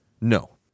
No